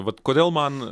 vat kodėl man